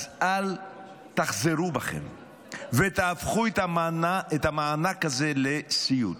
אז אל תחזרו בכם ותהפכו את המענק הזה לסיוט.